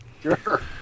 Sure